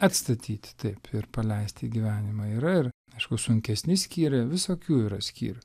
atstatyti taip ir paleisti į gyvenimą yra ir aišku sunkesni skyriai visokių yra skyrių